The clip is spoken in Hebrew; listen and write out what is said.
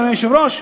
אדוני היושב-ראש,